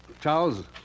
Charles